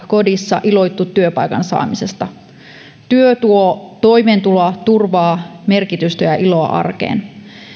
kodissa iloittu työpaikan saamisesta työ tuo toimeentuloa turvaa merkitystä ja iloa arkeen